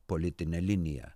politinę liniją